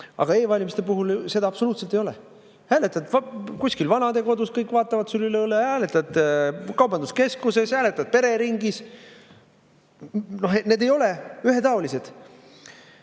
Aga e‑valimiste puhul seda absoluutselt ei ole. Hääletad kuskil vanadekodus, kõik vaatavad sul üle õla, hääletad kaubanduskeskuses, hääletad pereringis. Need [valimised] ei ole ühetaolised.